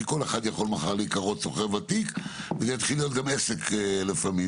כי כל אחד יכול מחר להיקרות שוכר ותיק וזה יתחיל להיות גם עסק לפעמים.